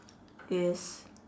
yes